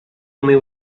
meu